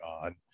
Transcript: on